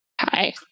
Hi